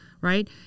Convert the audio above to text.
right